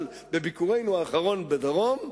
אבל בביקורנו האחרון בדרום,